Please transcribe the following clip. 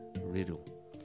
riddle